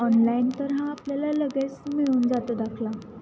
online तर हा आपल्याला लगेच मिळून जातो दाखला